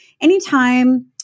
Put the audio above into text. Anytime